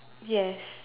yes